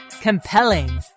Compelling